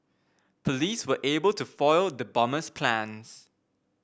police were able to foil the bomber's plans